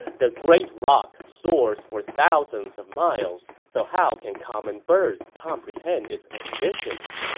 the great roc soars for thousands of miles, so how can common birds comprehend its ambitions?